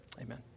Amen